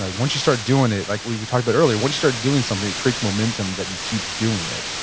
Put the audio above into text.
ah once you start doing it like we we talked about earlier, once you start doing something it creates momentum that you keep doing it.